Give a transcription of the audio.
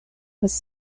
was